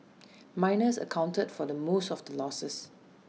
miners accounted for the most of the losses